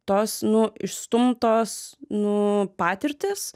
tos nu išstumtos nu patirtys